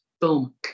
Boom